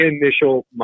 initial